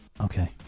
Okay